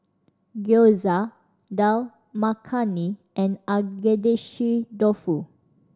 Gyoza Dal Makhani and Agedashi Dofu